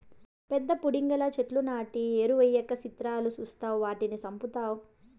పెద్ద పుడింగిలా చెట్లు నాటి ఎరువెయ్యక సిత్రాలు సూస్తావ్ వాటిని సంపుతావ్